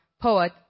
poet